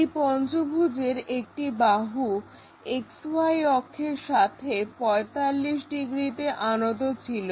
এই পঞ্চভুজের একটি বাহু XY অক্ষের সাথে 45 ডিগ্রিতে আনত ছিল